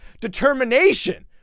determination